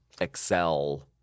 excel